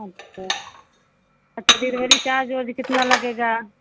अच्छा अच्छा delivery charge उज कितना लगेगा